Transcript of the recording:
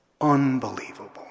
Unbelievable